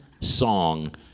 song